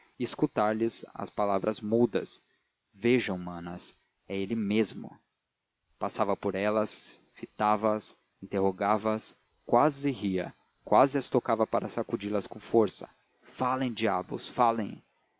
escutar lhes as palavras mudas vejam manas é ele mesmo passava por elas fitava as interrogava as quase ria quase as tocava para sacudi las com força falem diabos falem